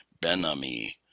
Benami